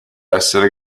essere